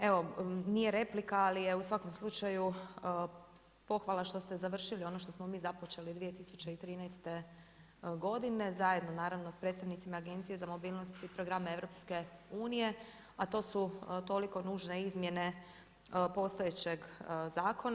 Evo nije replika ali je u svakom slučaju što ste završili ono što smo mi započeli 2013. godine zajedno naravno sa predstavnicima Agencije za mobilnost i programe EU, a to su toliko nužne izmjene postojećeg zakona.